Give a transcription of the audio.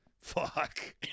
Fuck